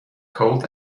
cold